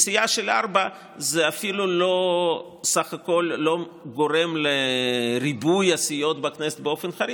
וסיעה של ארבעה זה אפילו לא גורם לריבוי הסיעות בכנסת באופן חריג,